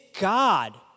God